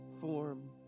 Form